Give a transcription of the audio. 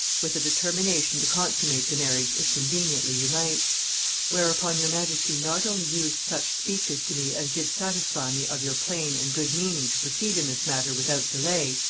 with a determination to consummate the marriage if conveniently you might whereupon your majesty not only used such speeches to me as did satisfy me of your plain and good meaning to proceed in this matter without delay,